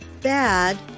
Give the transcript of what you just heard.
bad